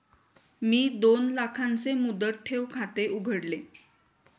मी दोन लाखांचे मुदत ठेव खाते उघडले